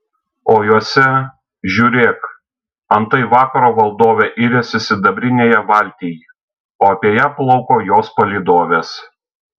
o juose žiūrėk antai vakaro valdovė iriasi sidabrinėje valtyj o apie ją plauko jos palydovės